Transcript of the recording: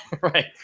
Right